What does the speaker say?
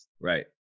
Right